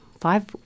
five